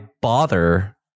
bother